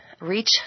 reach